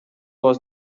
was